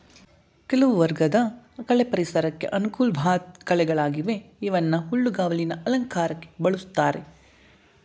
ಕೆಲವು ವರ್ಗದ ಕಳೆ ಪರಿಸರಕ್ಕೆ ಅನುಕೂಲ್ವಾಧ್ ಕಳೆಗಳಾಗಿವೆ ಇವನ್ನ ಹುಲ್ಲುಗಾವಲಿನ ಅಲಂಕಾರಕ್ಕೆ ಬಳುಸ್ತಾರೆ